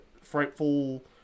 frightful